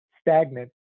stagnant